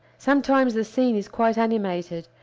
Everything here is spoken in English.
sometimes the scene is quite animated,